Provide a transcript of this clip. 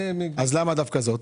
למה דווקא זאת?